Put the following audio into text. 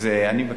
ואתם,